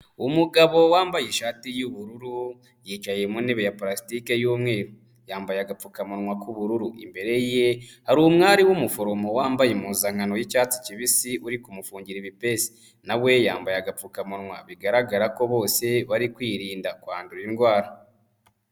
Umugabo wambaye ishati y'ubururu, yicaye mu ntebe ya purasitike y'umweru, yambaye agapfukamunwa k'ubururu, imbere ye hari umwari w'umuforomo wambaye impuzankano y'icyatsi kibisi uri kumufungira ibipesi, na we yambaye agapfukamunwa bigaragara ko bose bari kwirinda kwandura indwara.